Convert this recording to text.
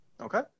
Okay